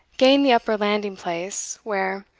gained the upper landing-place, where,